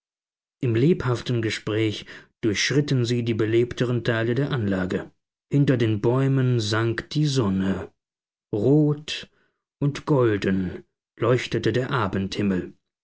im lebhaften gespräch durchschritten sie die belebteren teile der anlagen hinter den bäumen sank die sonne rot und golden leuchtete der abendhimmel